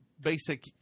basic